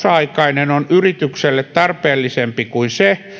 aikainen on yritykselle tarpeellisempi kuin se